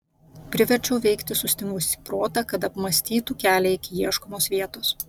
priverčiau veikti sustingusį protą kad apmąstytų kelią iki ieškomos vietos